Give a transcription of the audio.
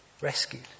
rescued